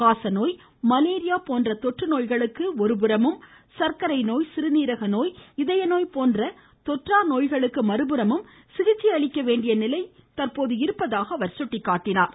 காசநோய் மலேரியா போன்ற தொற்று நோய்களுக்கு ஒருபுறமும் சர்க்கரை நோய் சீறுநீரக நோய் இதய நோய் போன்ற தொற்றா நோய்களுக்கு மறுபுறமும் சிகிச்சை அளிக்க வேண்டிய நிலை தற்போது இருப்பதாக சுட்டிக்காட்டியுள்ளார்